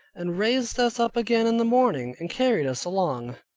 and raised us up again in the morning, and carried us along,